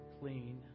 clean